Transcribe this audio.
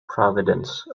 providence